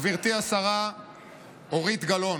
גברתי השרה אורית גלאון,